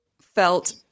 felt